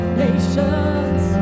nations